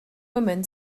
woman